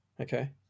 okay